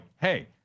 hey